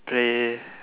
play